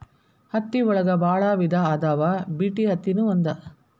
ಹತ್ತಿ ಒಳಗ ಬಾಳ ವಿಧಾ ಅದಾವ ಬಿಟಿ ಅತ್ತಿ ನು ಒಂದ